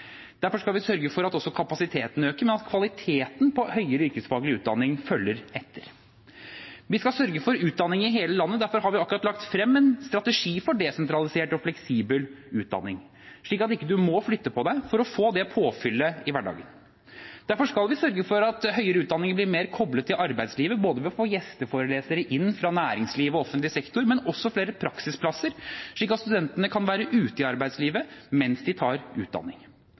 Derfor skal vi sørge for at også kapasiteten øker, men at kvaliteten på høyere yrkesfaglig utdanning følger etter. Vi skal sørge for utdanning i hele landet. Derfor har vi akkurat lagt frem en strategi for desentralisert og fleksibel utdanning, slik at man ikke må flytte på seg for å få det påfyllet i hverdagen. Derfor skal vi sørge for at høyere utdanning blir mer koblet til arbeidslivet, både ved å få gjesteforelesere inn fra næringsliv og offentlig sektor, og også flere praksisplasser, slik at studentene kan være ute i arbeidslivet mens de tar utdanning.